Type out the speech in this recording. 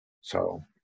So-